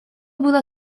было